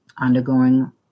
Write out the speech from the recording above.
undergoing